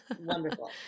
Wonderful